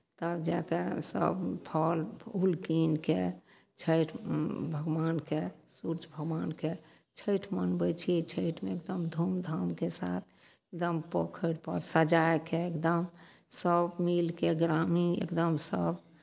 तब जाय कऽ सभ फल उल कीनि कऽ छठि भगवानकेँ सुर्य भगावानके छठि मनबै छियै छठिमे एकदम धूमधामके साथ एकदम पोखरिपर सजाय कऽ एकदम सभ मिलि कऽ ग्रामीण एकदम सभ